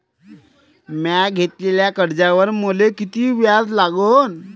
म्या घेतलेल्या कर्जावर मले किती व्याज लागन?